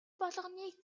болгоныг